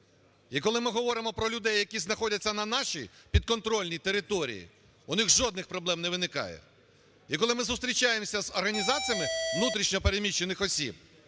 І коли ми говоримо про людей, які знаходяться на нашій, підконтрольній території, у них жодних проблем не виникає. І коли ми зустрічаємося з організаціями внутрішньо переміщених осіб,